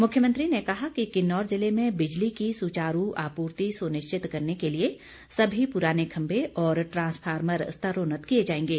मुख्यमंत्री ने कहा कि किन्नौर जिले में बिजली की सुचारू आपूर्ति सुनिश्चित करने के लिए सभी पुराने खम्भे और ट्रांसफार्मर स्तरोन्नत किए जाएंगे